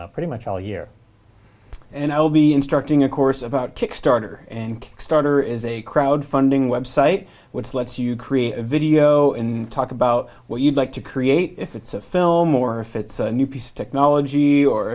pretty much all year and i'll be instructing of course about kickstarter and kickstarter is a crowd funding web site which lets you create a video in talk about what you'd like to create if it's a film or if it's a new piece of technology or